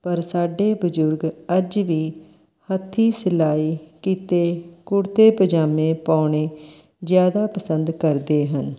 ਪਰ ਸਾਡੇ ਬਜ਼ੁਰਗ ਅੱਜ ਵੀ ਹੱਥੀਂ ਸਿਲਾਈ ਕੀਤੇ ਕੁੜਤੇ ਪਜਾਮੇ ਪਾਉਣੇ ਜ਼ਿਆਦਾ ਪਸੰਦ ਕਰਦੇ ਹਨ